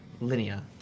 linear